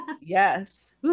Yes